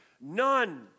None